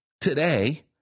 today